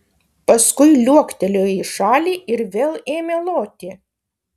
paskui liuoktelėjo į šalį ir vėl ėmė loti